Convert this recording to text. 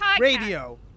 radio